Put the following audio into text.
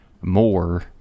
more